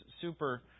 super